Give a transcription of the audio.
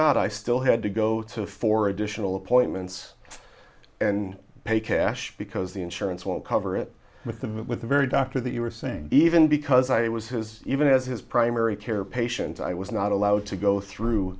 not i still had to go to for additional appointments and pay cash because the insurance will cover it with them with a very doctor that you were saying even because i was his even as his primary care patient i was not allowed to go through